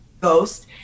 ghost